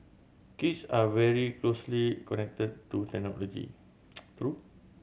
kids are very closely connected to technology